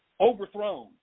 overthrown